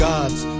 Gods